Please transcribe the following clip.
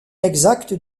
exacte